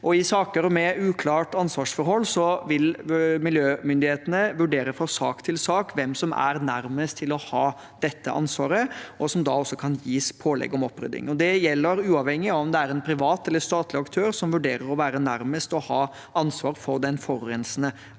I saker med uklart ansvarsforhold vil miljømyndighetene vurdere fra sak til sak hvem som er nærmest til å ha dette ansvaret og som da også kan gis pålegg om opprydding. Det gjelder uavhengig av om det er en privat eller en statlig aktør som vurderes å være nærmest til å ha ansvar for den forurensende eiendommen.